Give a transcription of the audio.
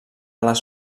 les